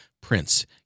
Prince